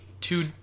Two